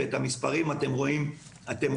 ואת המספרים אתם רואים כאן.